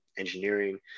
engineering